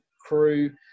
crew